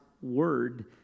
Word